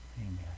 Amen